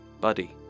Buddy